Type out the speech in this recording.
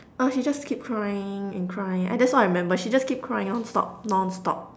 oh she just keep crying and crying uh that's all I remember she just keep crying nonstop nonstop